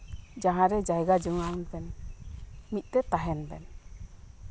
ᱡᱟᱸᱦᱟ ᱨᱮ ᱡᱟᱭᱜᱟ ᱡᱚᱜᱟᱲ ᱢᱮ ᱢᱤᱫ ᱛᱮ ᱛᱟᱸᱦᱮᱱ ᱵᱮᱱ